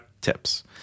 tips